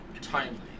timely